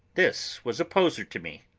this was a poser to me.